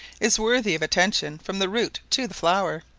is worthy of attention from the root to the flower.